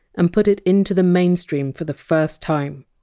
and put it into the mainstream for the first time.